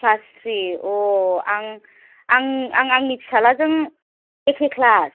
class three आं आं आंनि फिसालाजों एखे क्लास